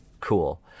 Cool